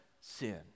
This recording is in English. sin